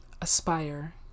Aspire